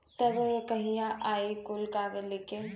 तब कहिया आई कुल कागज़ लेके?